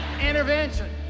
intervention